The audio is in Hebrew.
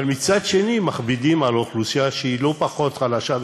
אבל מצד שני מכבידים על האוכלוסייה שהיא לא פחות חלשה,